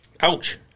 Ouch